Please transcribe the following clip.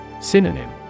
Synonym